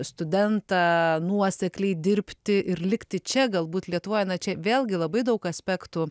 studentą nuosekliai dirbti ir likti čia galbūt lietuvoje čia vėlgi labai daug aspektų